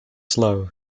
slow